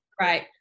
right